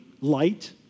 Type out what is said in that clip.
light